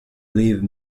leave